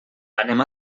anem